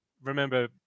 remember